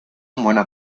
buena